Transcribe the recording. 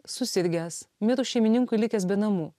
susirgęs mirus šeimininkui likęs be namų